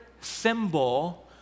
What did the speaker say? symbol